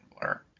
blur